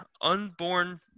unborn